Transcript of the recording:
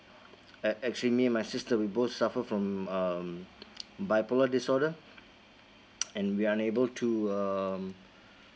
ac~ actually me and my sister we both suffer from um bipolar disorder and we're unable to um